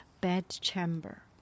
bedchamber